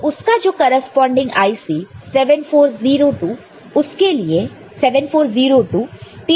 तो उसका जो करेस्पॉन्डिंग IC 7402 है TTL फैमिली में